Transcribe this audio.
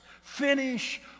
Finish